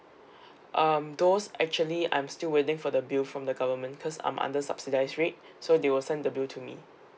um those actually I'm still waiting for the bill from the government because I'm under subsidised rate so they will send the bill to me